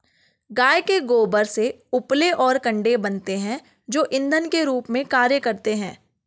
गाय के गोबर से उपले और कंडे बनते हैं जो इंधन के रूप में कार्य करते हैं